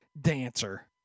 Dancer